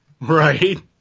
Right